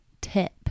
tip